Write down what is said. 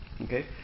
Okay